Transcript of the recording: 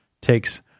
takes